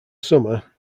summer